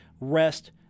rest